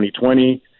2020